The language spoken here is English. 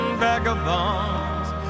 vagabonds